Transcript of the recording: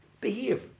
behave